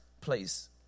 place